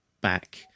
back